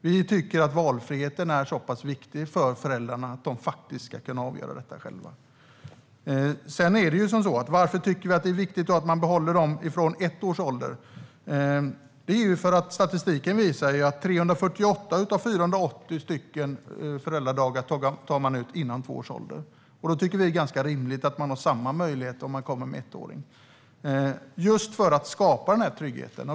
Vi tycker att valfriheten är så pass viktig för föräldrarna att de ska kunna avgöra detta själva. Varför tycker vi då att det är viktigt att man behåller dem från ett års ålder? Det är för att statistiken visar att 348 av 480 föräldradagar tas ut före två års ålder. Då tycker vi att det är ganska rimligt att man har samma möjlighet om man kommer med en ettåring - just för att skapa den här tryggheten.